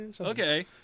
okay